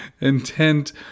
intent